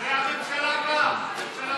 זו הממשלה הבאה.